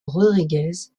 rodríguez